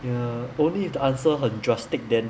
ya only if the answer 很 drastic then